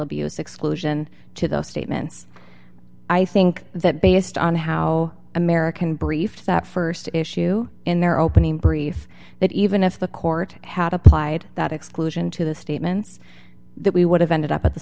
abuse exclusion to those statements i think that based on how american briefs that st issue in their opening brief that even if the court had applied that exclusion to the statements that we would have ended up at the